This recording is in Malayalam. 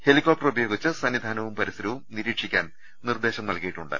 ഹെലികോപ്റ്റർ ഉപയോഗിച്ച് സന്നിധാനവും പരിസരവും നിരീക്ഷിക്കാൻ നിർദ്ദേശം നൽകിയിട്ടുണ്ട്